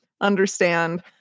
understand